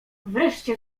wreszcie